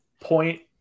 point